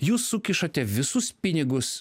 jūs sukišate visus pinigus